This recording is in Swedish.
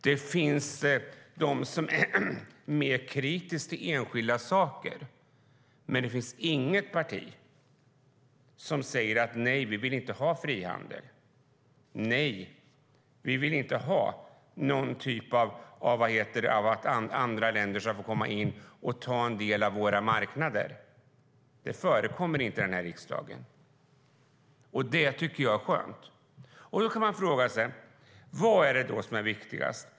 Det finns de som är kritiska till enskilda saker, men det finns inget parti som säger att det inte vill ha frihandel, inte vill att andra länder ska få komma in och ta en del av våra marknader. Det förekommer inte i denna riksdag, och det tycker jag är skönt. Då kan man fråga sig vad som är viktigast.